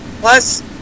Plus